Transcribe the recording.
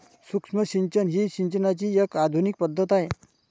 सूक्ष्म सिंचन ही सिंचनाची एक आधुनिक पद्धत आहे